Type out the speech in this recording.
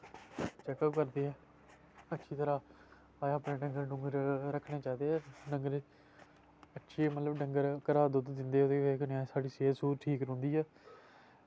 check up करदे ऐ अच्छी तरह् असें अपनै डंगर डुंगर रक्खने चाहिदे डंगरें ई अच्छी मतलब डंगर घरा दुद्ध दिंदे ओह्दी वजह् कन्नै साढ़ी सेह्त सूह्त ठीक रौंह्दी ऐ